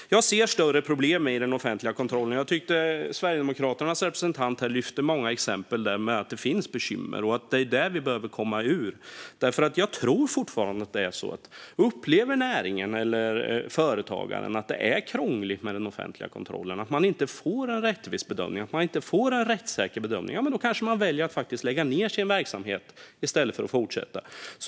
Jag ser större problem med den offentliga kontrollen. Sverigedemokraternas representant lyfte fram många bekymmersamma exempel. Det behöver vi komma bort ifrån. Om näringen eller företagen upplever att det är krångligt med den offentliga kontrollen, att man inte får en rättvis eller rättssäker bedömning, tror jag faktiskt att risken finns att man väljer att lägga ned sin verksamhet i stället för att fortsätta.